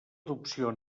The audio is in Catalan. adopció